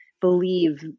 believe